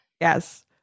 yes